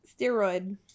Steroid